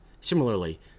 Similarly